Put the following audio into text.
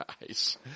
guys